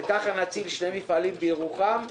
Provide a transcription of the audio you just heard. וככה נציל שני מפעלים בירוחם,